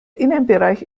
innenbereich